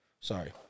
Sorry